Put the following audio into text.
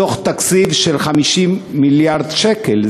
מתוך תקציב של 50 מיליארד שקל.